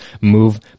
move